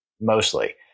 mostly